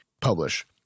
publish